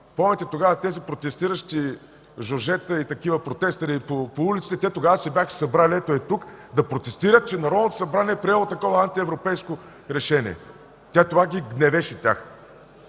Помните тези протестиращи жожета и протестъри по улиците – тогава се бяха събрали ето тук да протестират, че Народното събрание е приело такова антиевропейско решение. Това ги гневеше тях,